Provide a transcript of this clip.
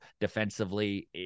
defensively